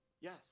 Yes